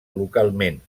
localment